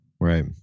Right